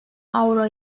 avro